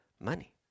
money